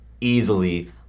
easily